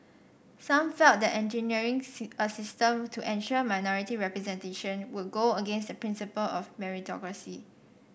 some felt that engineering a system to ensure minority representation would go against the principle of meritocracy